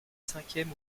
cinquième